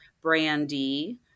brandy